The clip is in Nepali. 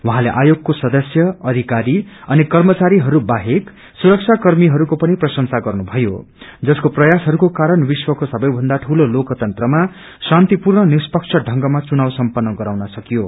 उहाँले आयोगको सदस्य अधिकारी अनि कर्मचारीहरू बाहेक सुरक्षाकर्मीहरूको पनि प्रशंसा गर्नुभयो जसको प्रयासहरूको कारण विश्वको सबै भन्दा ढूलो लोकतंत्रमा शान्तिपूर्ण निष्पक्ष ढंगमा चुनाव समपन्न गराउन सकियो